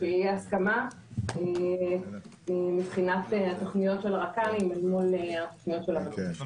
שתהיה הסכמה מבחינת התוכניות של הרק"לים אל מול התוכניות של הוותמ"ל.